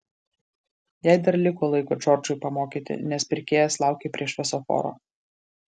jai dar liko laiko džordžui pamokyti nes pirkėjas laukė prie šviesoforo